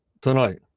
tonight